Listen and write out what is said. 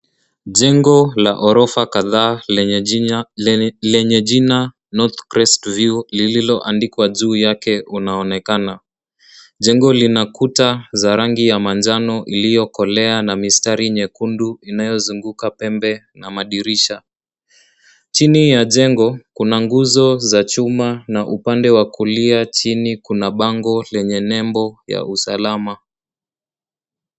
Jengo la ghorofa kadhaa lenye jina North Crest View lililoandikwa juu yake unaonekana. Jengo lina kuta za rangi ya manjano iliyokolea na mistari nyekundu inayozunguka pembe na madirisha. Chini ya jengo kuna nguzo za chuma na upande wa kulia chini kuna bango lenye nembo ya usalama.